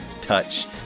touch